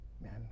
Man